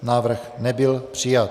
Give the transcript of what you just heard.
Návrh nebyl přijat.